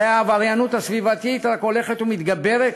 הרי העבריינות הסביבתית רק הולכת ומתגברת,